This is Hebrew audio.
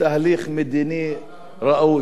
דוח טליה ששון, מה נועד, אם לא, סליחה?